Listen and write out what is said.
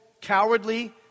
cowardly